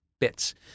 Bits